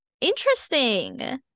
interesting